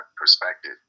perspective